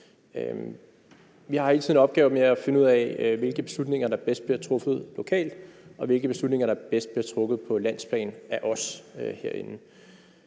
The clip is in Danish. Vi har altid en opgave med at finde ud af, hvilke beslutninger der bedst bliver truffet lokalt, og hvilke beslutninger der bedst bliver truffet på landsplan af os herinde.